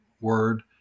word